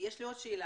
יש לי עוד שאלה.